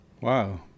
Wow